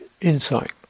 insight